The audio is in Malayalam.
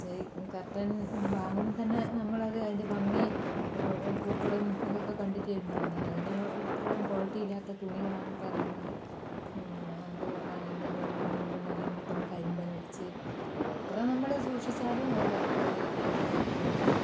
കർട്ടൻ വാങ്ങുമ്പം തന്നെ നമ്മളത് അതിന്റെ ഭംഗി പൂക്കളും ഇതൊക്കെ കണ്ടിട്ടായിരുന്നു വാങ്ങിയത് അതിനു അത്രയും ക്വാളിറ്റി ഇല്ലാത്ത തുണികളാണ് ഇപ്പം ഇറങ്ങുന്നത് അത് അതിന്റെ ഞൊറിവും എല്ലാം മൊത്തം കരിമ്പനടിച്ച് അത് എത്ര നമ്മൾ സൂക്ഷിച്ചാലും അത് അത്രയേ ഇത് കിട്ടുന്നുള്ളൂ